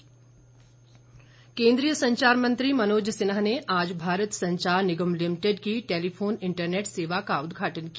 मनोज सिन्हा केन्द्रीय संचार मंत्री मनोज सिन्हा ने आज भारत संचार निगम लिमिटेड की टेलीफोन इंटरनेट सेवा का उद्घाटन किया